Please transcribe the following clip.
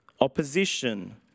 Opposition